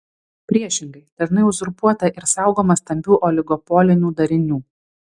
priešingai dažnai uzurpuota ir saugoma stambių oligopolinių darinių